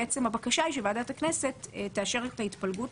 הבקשה שהיא שוועדת הכנסת תאשר את ההתפלגות